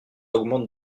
augmente